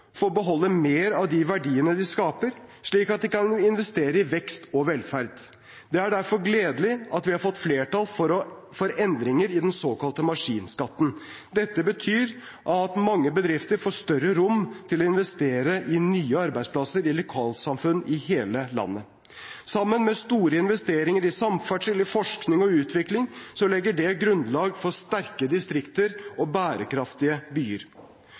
er å la bedrifter og folk få beholde mer av de verdiene de skaper, slik at de kan investere i vekst og velferd. Det er derfor gledelig at vi har fått flertall for endringer i den såkalte maskinskatten. Dette betyr at mange bedrifter får større rom til å investere i nye arbeidsplasser i lokalsamfunn i hele landet. Sammen med store investeringer i samferdsel, forskning og utvikling legger det grunnlaget for sterke distrikter og bærekraftige byer.